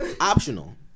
Optional